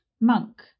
Monk